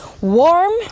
warm